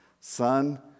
Son